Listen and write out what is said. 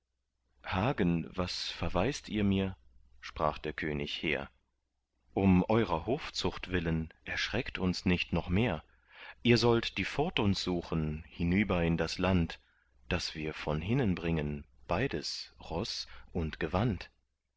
hagen was verweis't ihr mir sprach der könig hehr um eurer hofzucht willen erschreckt uns nicht noch mehr ihr sollt die furt uns suchen hinüber in das land daß wir von hinnen bringen beides ross und gewand